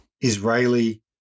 Israeli